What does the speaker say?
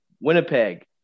Winnipeg